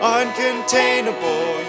uncontainable